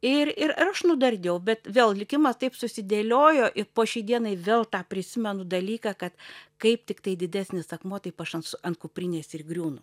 ir ir iraš nudardėjau bet vėl likimas taip susidėliojo ir po šiai dienai vėl tą prisimenu dalyką kad kaip tiktai didesnis akmuo taip aš an ant kuprinės ir griūnu